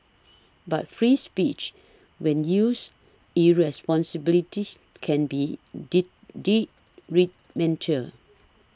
but free speech when used irresponsibilities can be mental